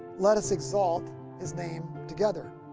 let us exalt his name together.